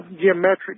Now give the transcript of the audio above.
geometric